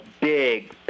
big